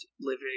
living